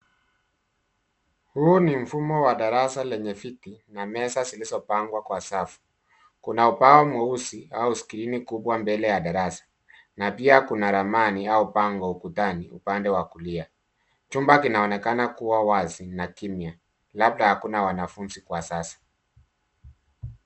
Huu ni mfumo wa darasa lenye viti na meza zilizopangwa kwa safu. Kuna ubao mweusi au skrini kubwa mbele ya darasa, na pia kuna ramani au bango ukutani upande wa kulia. Chumba kinaonekana kuwa wazi na kimya labda hakuna wanafunzi kwa sasa.